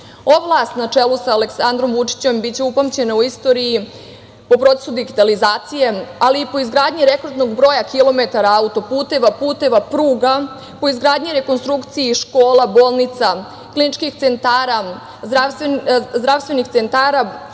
vlast, na čelu sa Aleksandrom Vučićem, biće upamćena u istoriji po procesu digitalizacije, ali i po izgradnji rekordnog broja kilometara autoputeva, puteva, pruga, po izgradnji i rekonstrukciji škola, bolnica, kliničkih centara, zdravstvenih centara,